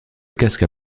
casque